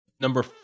Number